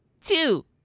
two